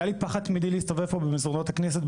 היה לי פחד תמידי להסתובב במסדרונות הכנסת,